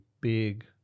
big